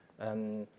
and